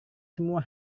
semua